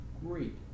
great